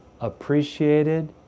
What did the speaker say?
appreciated